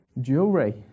Jewelry